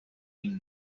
been